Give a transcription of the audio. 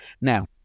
Now